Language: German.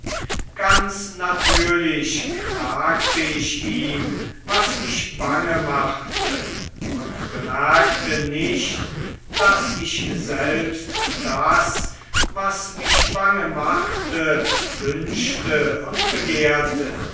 ganz natürlich klagte ich ihm was mich bange machte und bemerkte nicht daß ich selbst das was mich bange machte wünschte und begehrte